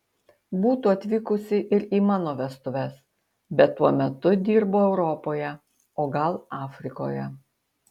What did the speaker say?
būtų atvykusi ir į mano vestuves bet tuo metu dirbo europoje o gal afrikoje